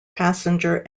passenger